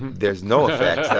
there's no effects.